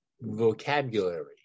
vocabulary